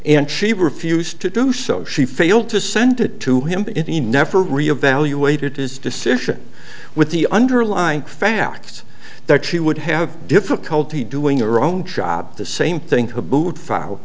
and she refused to do so she failed to send it to him in the never reevaluated his decision with the underlying facts that she would have difficulty doing your own job the same thing who would file